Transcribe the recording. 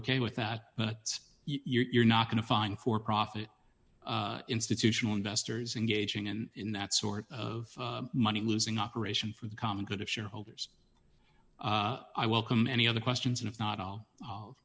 ok with that but you're not going to find for profit institutional investors engaging in that sort of money losing operation for the common good of shareholders i welcome any other questions and if not i'll